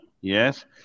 Yes